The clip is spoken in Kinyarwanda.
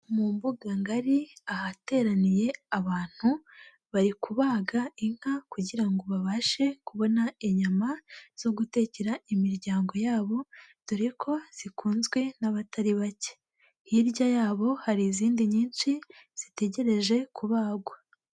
Mu mbuga ngari ahateraniye abantu, bari kubaga inka kugira ngo babashe kubona inyama zo gutekera imiryango yabo dore ko zikunzwe n'abatari bake, hirya yabo hari izindi nyinshi zitegereje kubagwa.